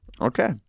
Okay